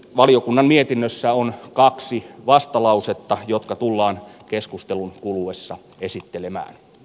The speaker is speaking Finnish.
valiokunnan mietinnössä on kaksi vastalausetta jotka tullaan keskustelun kuluessa esittelemä